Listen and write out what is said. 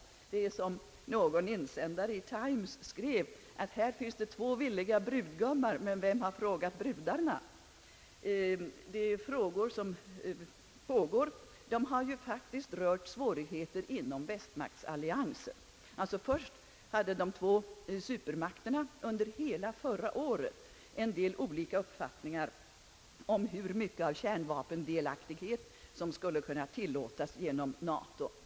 Här finns, som någon insändare i Times skrev, två villiga brudgummar — men vem har frågat brudarna? De frågor som nu upptar tiden är faktiskt svårigheter inom västmaktsalliansen. Först hade alltså de två supermakterna under hela förra året vissa olika uppfattningar om hur mycket av kärnvapendelaktighet som skulle kunna tillåtas genom NATO.